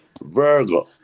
Virgo